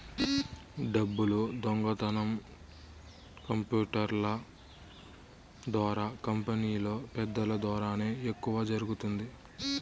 డబ్బులు దొంగతనం కంప్యూటర్ల ద్వారా కంపెనీలో పెద్దల ద్వారానే ఎక్కువ జరుగుతుంది